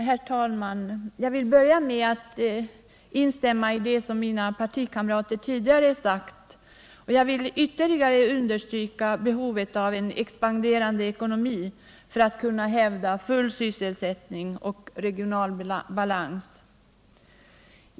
Herr talman! Jag vill börja med att instämma i det som mina partikamrater sagt, och jag vill ytterligare understryka behovet av en expanderande ekonomi för att vi skall kunna klara full sysselsättning och regional balans.